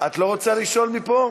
את לא רוצה לשאול מפה?